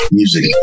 music